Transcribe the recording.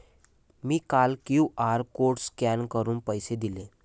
मी काल QR code scan करून पैसे दिले